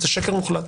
זה שקר מוחלט.